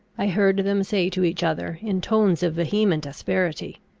i heard them say to each other, in tones of vehement asperity,